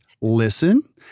listen